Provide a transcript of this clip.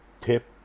Tip